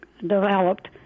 developed